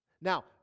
Now